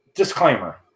Disclaimer